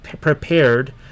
prepared